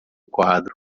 quadro